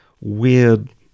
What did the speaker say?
weird